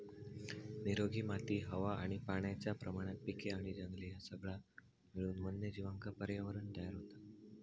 निरोगी माती हवा आणि पाण्याच्या प्रमाणात पिके आणि जंगले ह्या सगळा मिळून वन्यजीवांका पर्यावरणं तयार होता